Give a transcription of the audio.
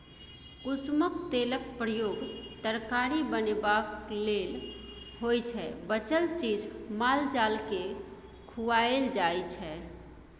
कुसुमक तेलक प्रयोग तरकारी बनेबा लेल होइ छै बचल चीज माल जालकेँ खुआएल जाइ छै